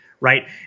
right